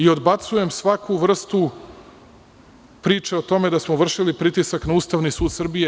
Odbacujem svaku vrstu priče o tome da smo vršili pritisak na Ustavni sud Srbije.